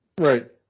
Right